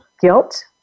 Guilt